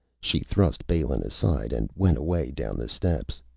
she thrust balin aside and went away, down the steps.